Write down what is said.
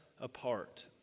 apart